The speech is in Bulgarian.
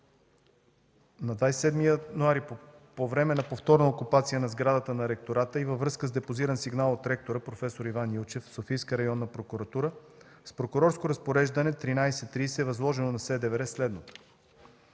На 27 януари, по време на повторна окупация на сградата на Ректората и във връзка с депозиран сигнал от ректора проф. Иван Илчев в Софийска районна прокуратура, с прокурорско разпореждане № 1330 е възложено на СДВР следното: